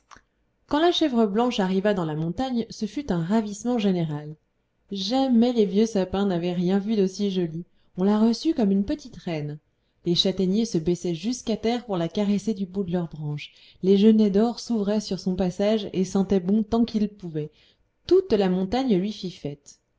quand la chèvre blanche arriva dans la montagne ce fut un ravissement général jamais les vieux sapins n'avaient rien vu d'aussi joli on la reçut comme une petite reine les châtaigniers se baissaient jusqu'à terre pour la caresser du bout de leurs branches les genêts d'or s'ouvraient sur son passage et sentaient bon tant qu'ils pouvaient toute la montagne lui fit fête